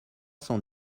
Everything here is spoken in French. cent